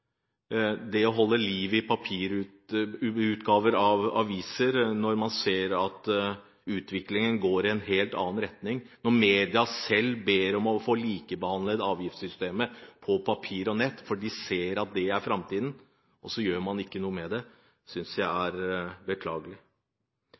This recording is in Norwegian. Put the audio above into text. Det å holde liv i papirutgaver av aviser når man ser at utviklingen går i en helt annen retning – når media selv ber om å få likebehandling i avgiftssystemet for papir og nett fordi de ser at det er framtiden, og man ikke gjør noe med det – synes jeg